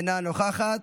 אינה נוכחת,